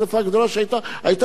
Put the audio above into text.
היתה הסכמה לטפל בעניין הזה.